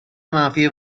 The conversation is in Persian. منفی